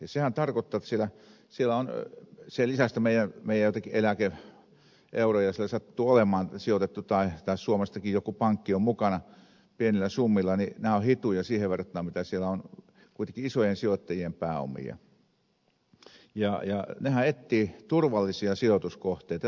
sehän tarkoittaa jotta kun lisäksi jotain meidän eläke euroja siellä sattuu olemaan sijoitettu tai suomestakin on joku pankki mukana pienillä summilla niin nämä ovat hituja siihen verrattuna mitä siellä on isojen sijoittajien pääomia ja nehän etsivät turvallisia sijoituskohteita